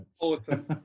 Awesome